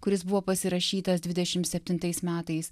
kuris buvo pasirašytas dvidešim septintais metais